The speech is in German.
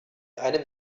einem